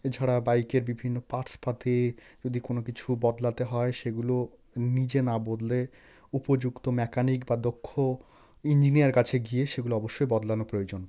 এছাড়া বাইকের বিভিন্ন পার্টস তাতে যদি কোনো কিছু বদলাতে হয় সেগুলো নিজে না বদলে উপযুক্ত মেকানিক বা দক্ষ ইঞ্জিনিয়ার কাছে গিয়ে সেগুলো অবশ্যই বদলানো প্রয়োজন